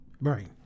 Right